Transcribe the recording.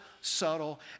subtle